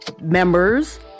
members